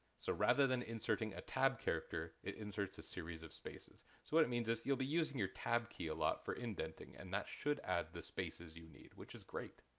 so rather than inserting a tab character, it inserts a series of spaces, so what it means is you'll be using your tab key a lot for indenting and that should add the spaces you need, which is great.